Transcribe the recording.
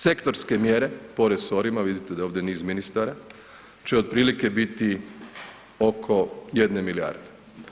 Sektorske mjere po resorima, vidite da je ovdje niz ministara će otprilike biti oko 1 milijarde.